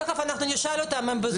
תיכף נשאל אותם, הם בזום.